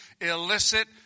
illicit